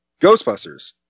Ghostbusters